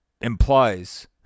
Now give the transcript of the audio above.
implies